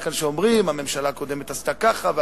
כאן שאומרים: הממשלה הקודמת עשתה ככה,